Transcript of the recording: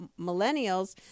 millennials